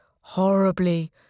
Horribly